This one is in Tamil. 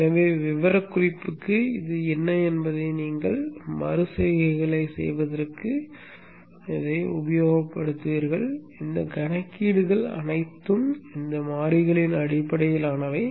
எனவே விவரக்குறிப்புக்கு இது என்ன என்பதை நீங்கள் மறு செய்கைகளைச் செய்வதற்கு மாற்றுவீர்கள் இந்தக் கணக்கீடுகள் அனைத்தும் இந்த மாறிகளின் அடிப்படையிலானவை